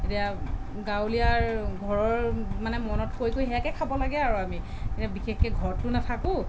এতিয়া গাঁৱলীয়াৰ ঘৰৰ মানে মনত কৰি কৰি সেয়াকে খাব লাগে আৰু আমি এতিয়া বিশেষকে ঘৰতটো নাথাকো